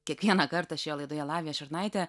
kiekvieną kartą šioje laidoje lavija šurnaitė